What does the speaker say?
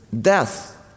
death